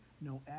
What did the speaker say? no